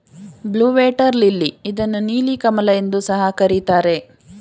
blue water lily ಇದನ್ನು ನೀಲಿ ಕಮಲ ಎಂದು ಸಹ ಕರಿತಾರೆ